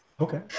Okay